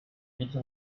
bitte